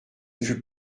fus